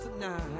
tonight